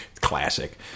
Classic